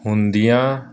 ਹੁੰਦੀਆਂ